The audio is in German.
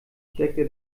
steckte